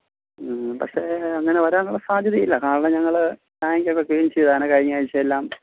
പക്ഷേ അങ്ങനെ വരാനുള്ള സാധ്യതയില്ല കാരണം ഞങ്ങൾ ടാങ്ക് ഒക്കെ ക്ലീൻ ചെയ്തതാണ് കഴിഞ്ഞ ആഴ്ച എല്ലാം